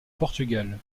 portugal